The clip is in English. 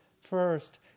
First